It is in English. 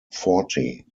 forte